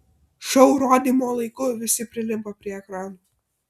šou rodymo laiku visi prilimpa prie ekranų